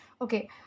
okay